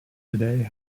today